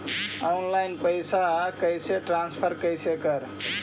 Online पैसा कैसे transfer कैसे कर?